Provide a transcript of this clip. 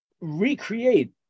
recreate